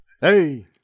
Hey